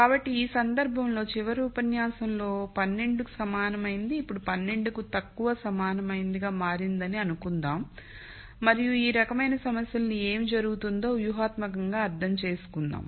కాబట్టి ఈ సందర్భంలో చివరి ఉపన్యాసంలో 12 కి సమానమైనది ఇప్పుడు 12 కి తక్కువ సమానమైనదిగా మారిందని అనుకుందాం మరియు ఈ రకమైన సమస్యలకు ఏమి జరుగుతుందో ఊహాత్మకం గా అర్థం చేసుకుందాం